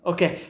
Okay